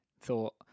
thought